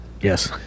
Yes